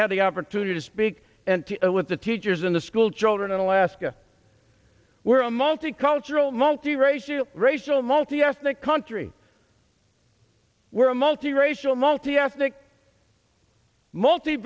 had the opportunity to speak and to with the teachers in the school children in alaska we're all multicultural multiracial racial multiethnic country we're a multi racial multi ethnic multi